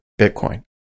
Bitcoin